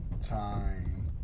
time